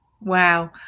Wow